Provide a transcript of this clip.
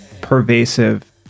pervasive